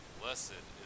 blessed